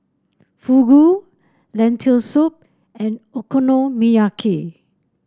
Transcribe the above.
Fugu Lentil Soup and Okonomiyaki